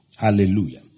Hallelujah